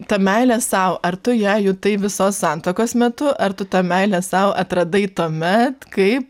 tą meilę sau ar tu ją jutai visos santuokos metu ar tu tą meilę sau atradai tuomet kai